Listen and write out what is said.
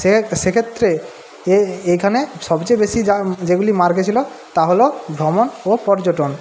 সে সেক্ষেত্রে এ এখানে সবচেয়ে বেশি যা যেগুলি মার খেয়েছিল তা হলো ভ্রমণ ও পর্যটন